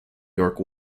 york